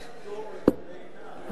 ולכן אני אומרת,